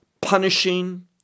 punishing